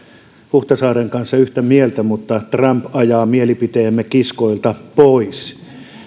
huhtasaaren kanssa yhtä mieltä mutta trump ajaa mielipiteemme kiskoilta pois